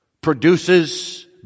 produces